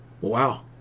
wow